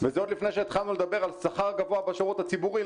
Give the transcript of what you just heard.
וזה עוד לפני שהתחלנו לדבר על שכר גבוה בשרות הציבורי,